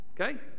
Okay